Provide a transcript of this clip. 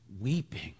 weeping